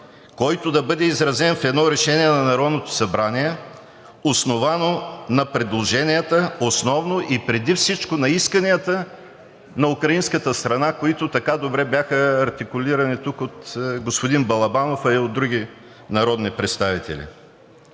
който да бъде изразен в едно решение на Народното събрание, основано на предложенията основно и преди всичко на исканията на украинската страна, които така добре бяха артикулирани от господин Балабанов и от други народни представители.